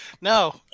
no